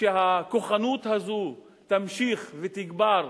שהכוחנות הזאת תמשיך ותגבר,